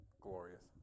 Glorious